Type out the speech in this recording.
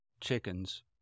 chickens